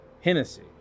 Hennessy